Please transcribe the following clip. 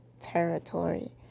territory